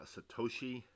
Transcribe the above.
Satoshi